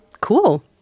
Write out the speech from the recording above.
Cool